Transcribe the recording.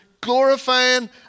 glorifying